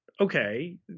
okay